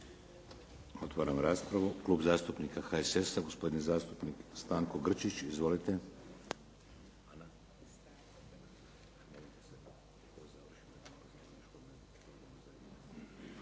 Otvaram raspravu. Klub zastupnika HSS-a, gospodin zastupnik Stanko Grčić. Izvolite.